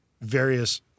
various